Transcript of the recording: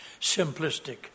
simplistic